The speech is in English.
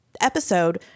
episode